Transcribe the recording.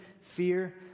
fear